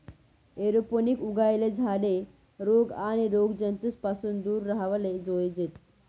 aeroponic उगायेल झाडे रोग आणि रोगजंतूस पासून दूर राव्हाले जोयजेत